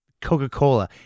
Coca-Cola